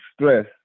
stress